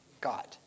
God